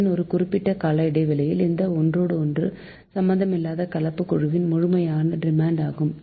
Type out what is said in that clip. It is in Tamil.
இதன் ஒரு குறிப்பிட்ட கால இடைவெளியில் இந்த ஒன்றோடென்று சம்பந்தமில்லாத கலப்பு குழுவின் முழுவதற்குமான டிமாண்ட் ஆகும்